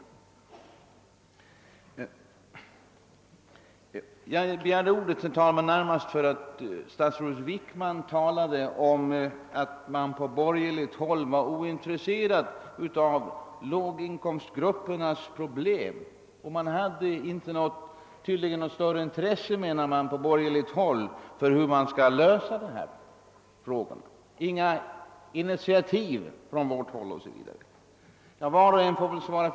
Jag begärde, herr talman, ordet närmast för att statsrådet Wickman talade om att man på borgerligt håll var ointresserad av låginkomstgruppernas problem. Man hade inte, menade han, på borgerligt håll någon större förståelse för hur man skall lösa dessa frågor, inga initiativ hade enligt honom tagits från vårt håll o.s.v.